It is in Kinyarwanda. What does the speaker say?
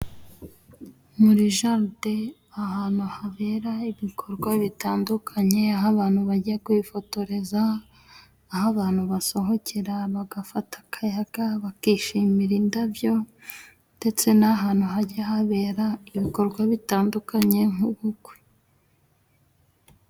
Muri jaride ahantu habera ibikorwa bitandukanye aho abantu bajya kwifotoreza, aho abantu basohokera, bagafata akayaga, bakishimira indabyo ndetse n'ahantu hajya habera ibikorwa bitandukanye nk'ubukwe.